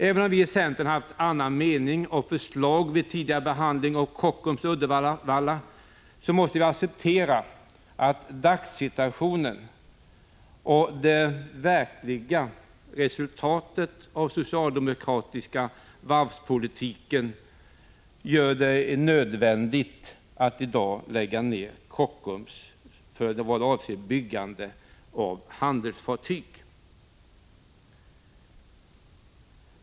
Även om vi i centern haft annan mening och andra förslag vid tidigare behandling av Kockums och Uddevallavarvet, måste vi acceptera att dagssituationen och det verkliga resultatet av den socialdemokratiska varvspolitiken gör det nödvändigt att i dag lägga ner Kockums för vad avser byggande av handelsfartyg.